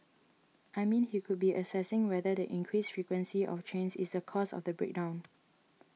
I mean he could be assessing whether the increased frequency of trains is the cause of the break down